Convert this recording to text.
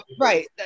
right